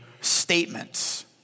statements